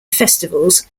festivals